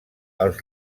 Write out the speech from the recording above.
els